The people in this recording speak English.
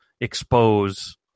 expose